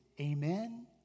Amen